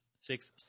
six